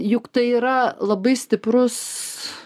juk tai yra labai stiprus